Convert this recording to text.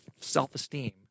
self-esteem